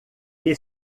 que